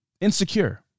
Insecure